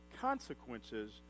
consequences